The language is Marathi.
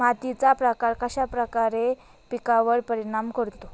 मातीचा प्रकार कश्याप्रकारे पिकांवर परिणाम करतो?